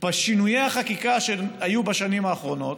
בשינויי החקיקה שהיו בשנים האחרונות,